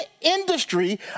industry